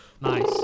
nice